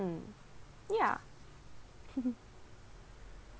mm ya